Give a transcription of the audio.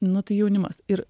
nu tai jaunimas ir